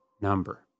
number